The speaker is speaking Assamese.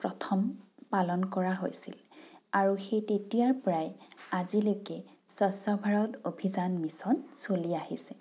প্ৰথম পালন কৰা হৈছিল আৰু সেই তেতিয়াৰ পৰাই আজিলৈকে স্বচ্ছ ভাৰত অভিযান মিছন চলি আহিছে